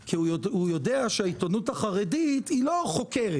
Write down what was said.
כי הוא יודע שהעיתונות החרדית לא חוקרת.